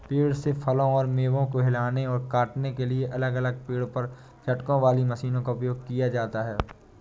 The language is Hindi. पेड़ से फलों और मेवों को हिलाने और काटने के लिए अलग अलग पेड़ पर झटकों वाली मशीनों का उपयोग किया जाता है